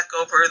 over